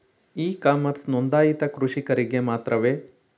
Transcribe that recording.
E commerce ನೊಂದಾಯಿತ ಕೃಷಿಕರಿಗೆ ಮಾತ್ರವೇ?